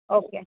okay